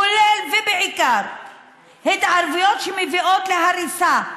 כולל ובעיקר התערבויות שמביאות להריסה,